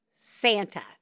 Santa